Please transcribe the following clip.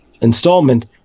installment